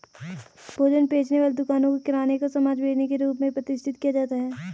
भोजन बेचने वाली दुकानों को किराने का सामान बेचने के रूप में प्रतिष्ठित किया जाता है